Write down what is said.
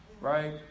right